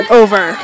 over